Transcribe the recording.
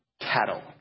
cattle